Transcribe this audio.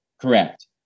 Correct